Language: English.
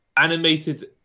animated